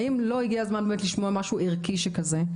האם לא הגיע הזמן באמת לשמוע משהו ערכי שכזה?